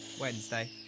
Wednesday